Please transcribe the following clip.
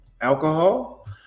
Alcohol